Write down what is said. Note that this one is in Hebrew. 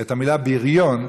את המילה "בריון",